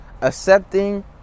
accepting